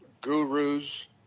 gurus